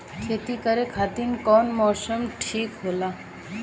खेती करे खातिर कौन मौसम ठीक होला?